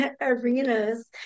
arenas